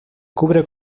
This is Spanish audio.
cubre